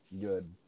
Good